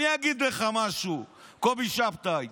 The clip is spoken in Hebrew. אני אגיד לך משהו, קובי שבתאי.